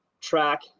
track